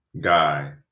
guy